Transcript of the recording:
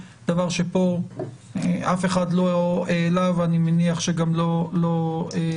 דבר שפה אף אחד לא העלה ואני מניח שגם לא יעלה.